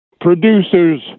Producers